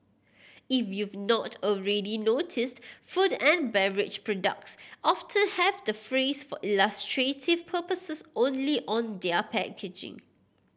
if you've not already noticed food and beverage products often have the phrase for illustrative purposes only on their packaging